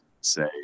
say